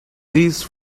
these